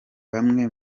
bamwe